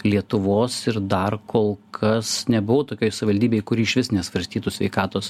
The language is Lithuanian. lietuvos ir dar kol kas nebuvau tokioj savivaldybėj kuri išvis nesvarstytų sveikatos